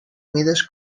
mides